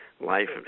life